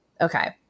Okay